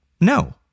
no